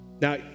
Now